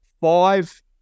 Five